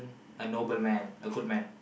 a noble man a good man